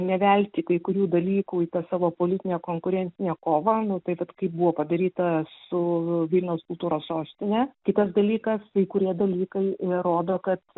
nevelti kai kurių dalykų į tą savo politinę konkurencinę kovą nu tai vat kaip buvo padaryta su vilniaus kultūros sostine kitas dalykas kai kurie dalykai i rodo kad